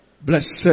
Blessed